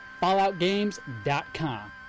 FalloutGames.com